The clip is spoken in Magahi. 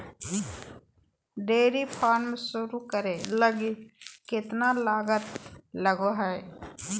डेयरी फार्म शुरू करे लगी केतना लागत लगो हइ